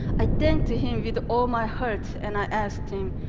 i thanked him with all my heart, and i asked him,